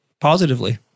positively